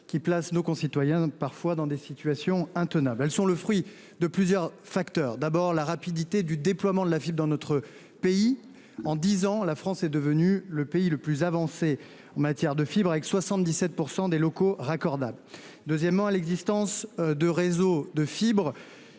qui place nos concitoyens parfois dans des situations intenables, elles sont le fruit de plusieurs facteurs, d'abord la rapidité du déploiement de la fibre dans notre pays en 10 ans, la France est devenue le pays le plus avancé en matière de fibre avec 77% des locaux raccordables deuxièmement l'existence de réseaux de fibre